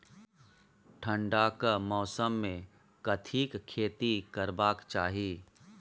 ठंडाक मौसम मे कथिक खेती करबाक चाही?